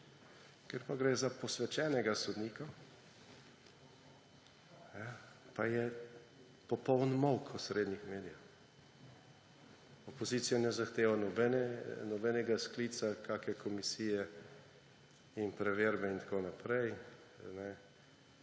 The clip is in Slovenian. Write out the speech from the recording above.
Ker pa gre za posvečenega sodnika, pa je popoln molk v osrednjih medijih. Opozicija ne zahteva nobenega sklica kake komisije in preverbe in tako naprej;